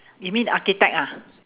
you mean architect ah